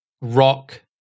rock